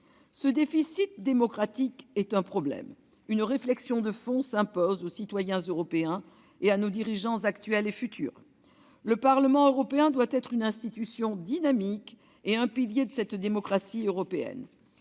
Ce déficit démocratique est un problème. Une réflexion de fond s'impose aux citoyens européens et à nos dirigeants actuels et futurs. Le Parlement européen doit être une institution dynamique et un pilier de cette démocratie européenne.